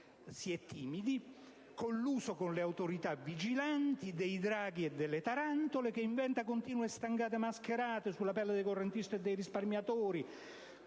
si è timidi) colluso con le autorità vigilanti dei "draghi" e delle "tarantole", che inventa continue stangate mascherate sulla pelle dei correntisti e dei risparmiatori